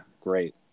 great